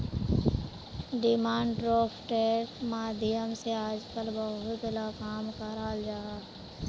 demand ड्राफ्टेर माध्यम से आजकल बहुत ला काम कराल जाहा